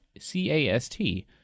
C-A-S-T